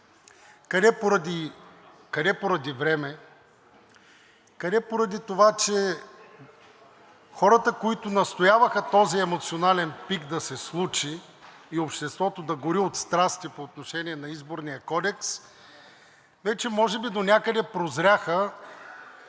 къде поради време, къде поради това, че хората, които настояваха този емоционален пик да се случи и обществото да гори от страсти по отношение на Изборния кодекс, вече може би донякъде прозряха,